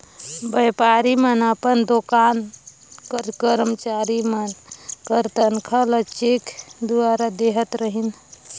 बयपारी मन अपन दोकान कर करमचारी मन कर तनखा ल चेक दुवारा देहत रहिन